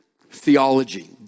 theology